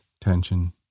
tension